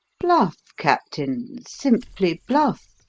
bluff, captain! simply bluff!